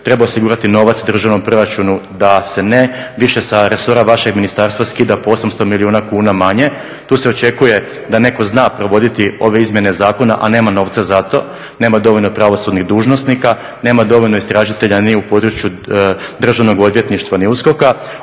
treba osigurati novac u državnom proračunu da se ne više sa resora vašeg ministarstva skida po 800 milijuna kuna manje. Tu se očekuje da netko zna provoditi ove izmjene zakona, a nema novca za to, nema dovoljno pravosudnih dužnosnika, nema dovoljno istražitelja ni u području Državnog odvjetništva ni USKOK-a.